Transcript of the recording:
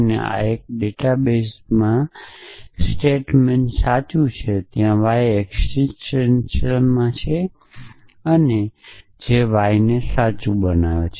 અને આ એક ડેટાબેઝ છે પણ આ ડેટાબેઝ એ છે કે જેમાં સ્ટેટમેન્ટ સાચું છે કે ત્યાં y એકસીટેંટીયલમાં છે જેથી y સાચું છે